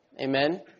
Amen